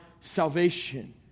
salvation